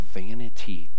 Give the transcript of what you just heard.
vanity